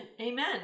amen